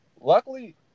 luckily